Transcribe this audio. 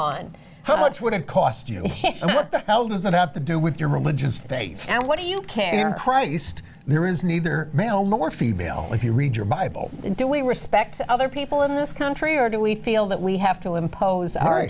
on how much would it cost you now doesn't have to do with your religious faith and what do you care christ there is neither male nor female if you read your bible do we respect other people in this country or do we feel that we have to impose our